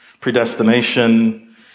predestination